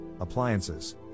appliances